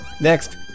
Next